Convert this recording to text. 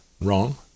wrong